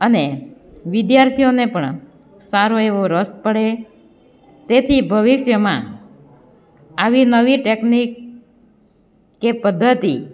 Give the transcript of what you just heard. અને વિદ્યાર્થીઓને પણ સારો એવો રસ પડે તેથી ભવિષ્યમાં આવી નવી ટેકનિક કે પદ્ધતિ